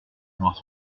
noirs